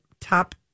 top